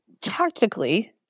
tactically